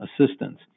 assistance